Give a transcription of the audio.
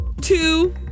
two